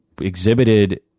exhibited